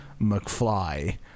McFly